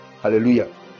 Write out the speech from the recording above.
Hallelujah